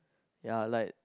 yeah like